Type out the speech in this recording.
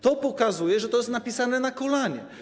To pokazuje, że to jest napisane na kolanie.